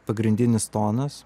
pagrindinis tonas